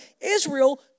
Israel